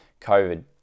COVID